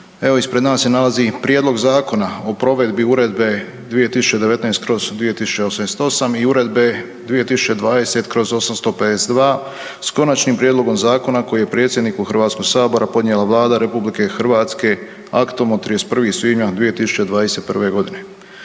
Evo ispred nas se nalazi Prijedlog zakona o provedbi Uredbe EU 2019/2088 i Uredbe 2020/852 s Konačnim prijedlogom zakona koji je predsjedniku HS-a podnijela Vlada RH aktom od 31. svibnja 2021.g.